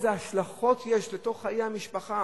איזה השלכות יש לזה על חיי המשפחה,